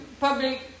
public